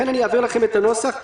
אני אעביר לכם את הנוסח המעודכן.